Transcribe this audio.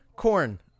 Corn